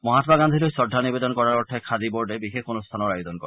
মহাম্মা গান্ধীলৈ শ্ৰদ্ধা নিৱেদন কৰাৰ অৰ্থে খাদী বৰ্ডে বিশেষ অনুষ্ঠানৰ আয়োজন কৰে